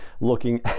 looking